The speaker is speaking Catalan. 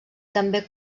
també